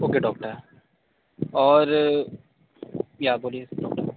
okay doctor और या बोलिए डॉक्टर